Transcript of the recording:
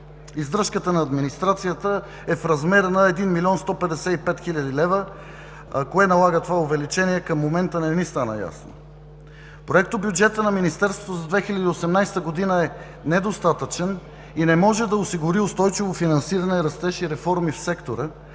Издръжката на администрацията е в размер на 1 млн. 155 хил. лв. Кое налага това увеличение към момента, не ми стана ясно. Проектобюджетът на Министерството за 2018 година е недостатъчен и не може да осигури устойчиво финансиране, растеж и реформи в сектора